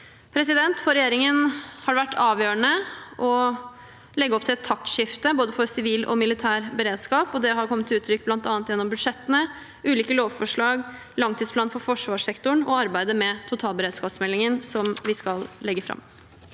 sentralt. For regjeringen har det vært avgjørende å legge opp til et taktskifte for både sivil og militær beredskap. Det har kommet til uttrykk bl.a. gjennom budsjettene, ulike lovforslag, langtidsplanen for forsvarssektoren og arbeidet med totalberedskapsmeldingen, som vi skal legge fram.